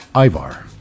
Ivar